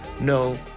No